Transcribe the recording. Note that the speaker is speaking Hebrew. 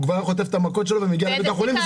הוא היה חוטף מכות ומגיע לבית החולים, וזה קרה.